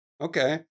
okay